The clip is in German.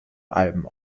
alben